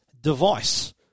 device